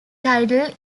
title